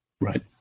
Right